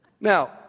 now